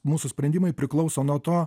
mūsų sprendimai priklauso nuo to